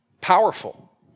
Powerful